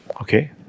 okay